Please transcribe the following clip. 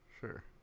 Sure